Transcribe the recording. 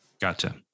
Gotcha